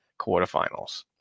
quarterfinals